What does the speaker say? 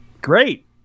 great